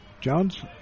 Jones